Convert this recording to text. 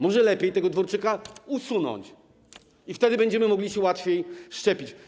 Może lepiej tego Dworczyka usunąć i wtedy będziemy mogli się łatwiej szczepić.